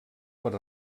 per